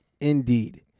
Indeed